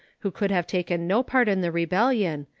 who could have taken no part in the rebellion,